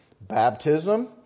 baptism